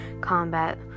combat